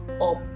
up